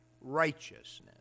righteousness